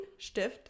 stift